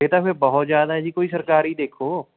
ਇਹ ਤਾਂ ਫਿਰ ਬਹੁਤ ਜ਼ਿਆਦਾ ਹੈ ਜੀ ਕੋਈ ਸਰਕਾਰੀ ਦੇਖੋ